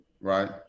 right